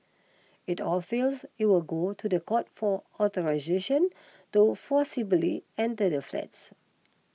if all fails it will go to the court for authorisation to forcibly enter the flats